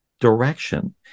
direction